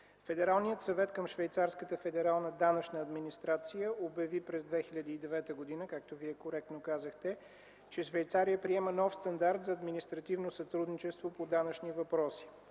Федералният съвет към швейцарската федерална данъчна администрация обяви през 2009 г., както Вие коректно казахте, че Швейцария приема нов стандарт за административно сътрудничество по данъчни въпроси.